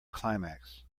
climax